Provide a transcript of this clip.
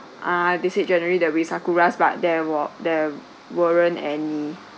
ah they said generally there will be sakura but there wa~ there weren't any